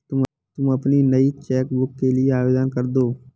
तुम अपनी नई चेक बुक के लिए आवेदन करदो